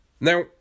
Now